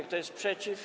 Kto jest przeciw?